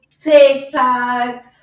TikTok